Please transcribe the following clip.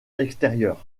extérieures